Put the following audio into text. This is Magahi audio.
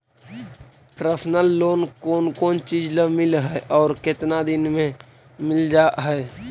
पर्सनल लोन कोन कोन चिज ल मिल है और केतना दिन में मिल जा है?